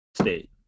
state